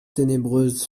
ténébreuse